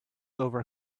over